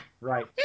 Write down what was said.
Right